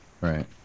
right